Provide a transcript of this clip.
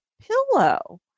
pillow